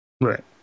Right